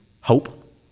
hope